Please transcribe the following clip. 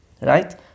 right